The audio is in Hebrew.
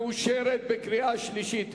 מאושר בקריאה השלישית.